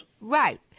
Right